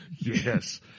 Yes